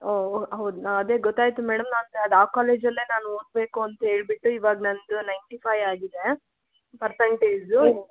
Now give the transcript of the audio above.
ಓ ಹೌದು ಅದೆ ಗೊತ್ತಾಯಿತು ಮೇಡಮ್ ಆ ಕಾಲೇಜಲ್ಲೆ ನಾನು ಓದಬೇಕು ಅಂತ ಹೇಳ್ಬಿಟ್ಟು ಇವಾಗ ನನ್ನದು ನೈನ್ಟಿ ಫೈವ್ ಆಗಿದೆ ಪರ್ಸಂಟೇಜು